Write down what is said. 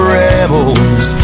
rebels